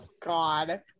God